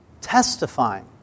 testifying